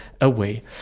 away